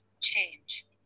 change